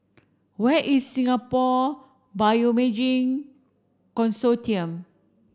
where is Singapore Bioimaging Consortium